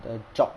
the job